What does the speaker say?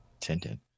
Tintin